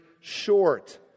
short